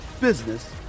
business